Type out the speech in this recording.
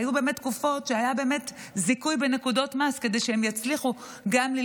היו תקופות שהיו באמת נקודות זיכוי במס,